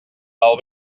del